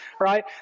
right